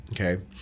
Okay